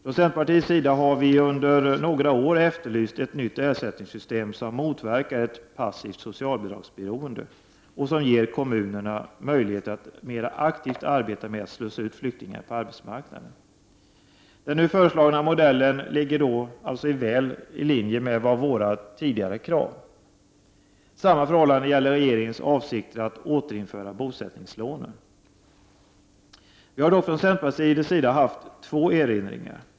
Från centerpartiets sida har vi under några år efterlyst ett nytt ersättningssystem som motverkar ett passivt socialbidragsberoende och som ger kommunerna möjligheter att mera aktivt arbeta med att slussa ut flyktingarna på arbetsmarknaden. Den nu föreslagna modellen ligger väl i linje med våra tidigare krav. Samma förhållande gäller regeringens avsikter att återinföra bosättningslånen. Vi har dock från centerpartiets sida haft två erinringar.